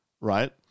right